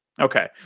Okay